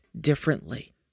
differently